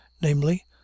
namely